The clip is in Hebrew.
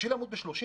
בשביל לעמוד ב-30%